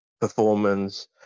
performance